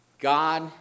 God